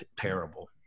terrible